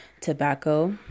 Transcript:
tobacco